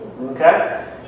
Okay